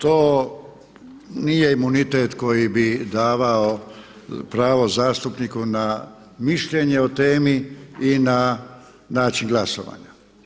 To nije imunitet koji bi davao pravo zastupniku na mišljenje o temi i na način glasovanja.